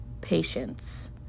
patience